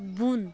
بۄن